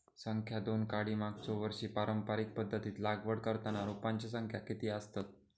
संख्या दोन काडी मागचो वर्षी पारंपरिक पध्दतीत लागवड करताना रोपांची संख्या किती आसतत?